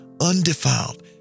undefiled